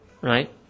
Right